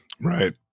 Right